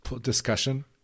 discussion